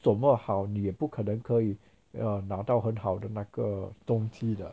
这么好你也不可能可以 err 拿到很好的那个动机的